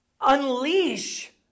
unleash